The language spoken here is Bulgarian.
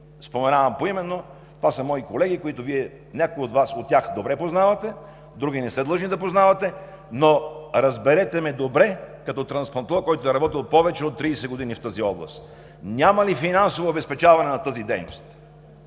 споменавам поименно, но това са мои колеги и някои от тях добре познавате, а други не сте длъжни да познавате, но ме разберете добре, като трансплантолог, който е работил повече от 30 години в тази област: няма ли финансово обезпечаване на тази дейност,